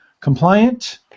compliant